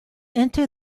into